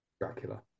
Dracula